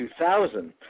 2000